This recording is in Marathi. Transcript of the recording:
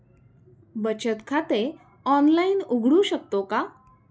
बचत खाते ऑनलाइन उघडू शकतो का?